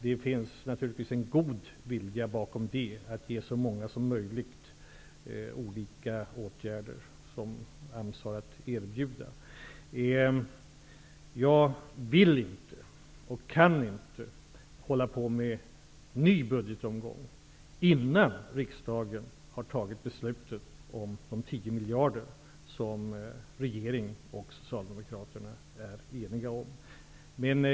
Det finns naturligtvis en god vilja bakom, att ge så många som möjligt sysselsättning inom olika åtgärder som AMS har att erbjuda. Jag vill inte och kan inte heller hålla på med en ny budgetomgång innan riksdagen har fattat beslut om de 10 miljarder som regeringen och Socialdemokraterna är eniga om.